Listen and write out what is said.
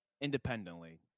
independently